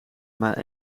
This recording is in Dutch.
maar